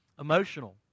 emotional